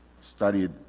studied